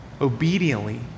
obediently